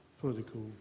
political